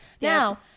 Now